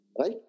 Right